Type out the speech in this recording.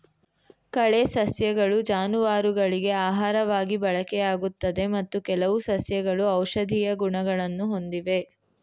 ಕಳೆ ಸಸ್ಯಗಳು ಜಾನುವಾರುಗಳಿಗೆ ಆಹಾರವಾಗಿ ಬಳಕೆಯಾಗುತ್ತದೆ ಮತ್ತು ಕೆಲವು ಸಸ್ಯಗಳು ಔಷಧೀಯ ಗುಣಗಳನ್ನು ಹೊಂದಿವೆ